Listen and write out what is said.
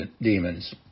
demons